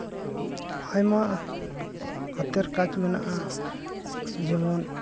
ᱟᱭᱢᱟ ᱦᱟᱛᱮᱨ ᱠᱟᱡ ᱢᱮᱱᱟᱜᱼᱟ ᱡᱮᱢᱚᱱ